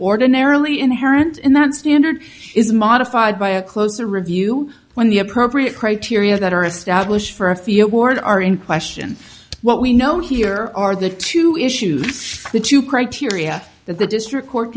ordinarily inherent in that standard is modified by a closer review when the appropriate criteria that are established for a fee award are in question what we know here are the two issues the two criteria that the district court